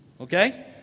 Okay